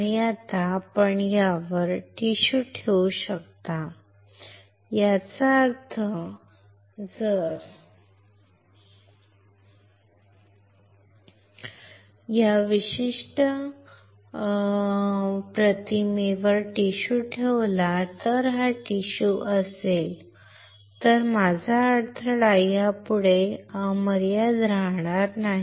आणि आता आपण यावर टिश्यू ठेवू शकता याचा अर्थ जर मी या विशिष्ट प्रतिमेवर टिश्यू ठेवला तर हा टिश्यू असेल तर माझा अडथळा यापुढे अमर्याद राहणार नाही